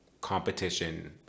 competition